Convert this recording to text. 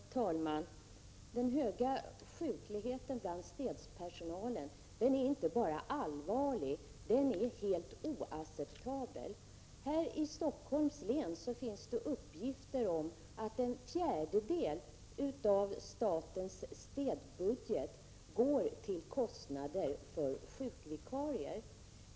Herr talman! Den höga sjukligheten bland städpersonalen är inte bara allvarlig utan även oacceptabel. Här i Stockholms län finns uppgifter om att en fjärdedel av statens städbudget går till kostnader för sjukvikarier.